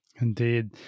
Indeed